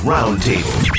Roundtable